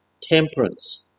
temperance